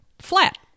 flat